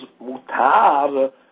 mutar